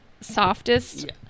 softest